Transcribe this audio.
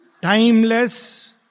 Timeless